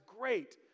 great